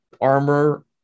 armor